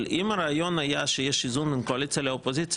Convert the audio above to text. אבל אם הרעיון היה שיש איזון בין קואליציה לאופוזיציה,